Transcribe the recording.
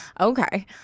Okay